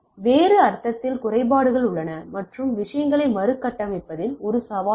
வேறு அர்த்தத்தில் குறைபாடுகள் உள்ளன மற்றும் விஷயங்களை மறுகட்டமைப்பதில் ஒரு சவால் இருக்கும்